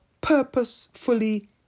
purposefully